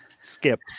skip